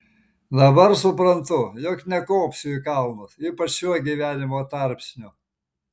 dabar suprantu jog nekopsiu į kalnus ypač šiuo gyvenimo tarpsniu